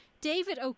david